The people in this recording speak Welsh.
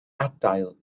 adael